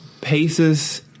Paces